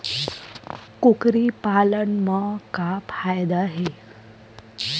कुकरी पालन म का फ़ायदा हे?